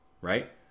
Right